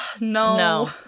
No